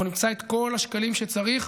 אנחנו נמצא את כל השקלים שצריך.